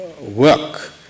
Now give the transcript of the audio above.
work